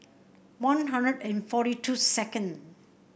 One Hundred and forty two second